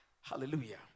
Hallelujah